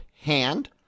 hand